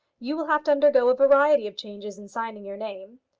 you will have to undergo a variety of changes in signing your name.